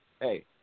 hey